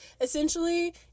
essentially